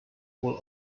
will